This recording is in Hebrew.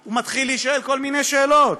הוא מתחיל להישאל כל מיני שאלות.